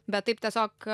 bet taip tiesiog